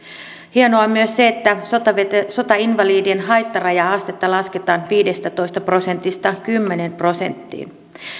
hienoa on myös se että sotainvalidien haittaraja astetta lasketaan viidestätoista prosentista kymmeneen prosenttiin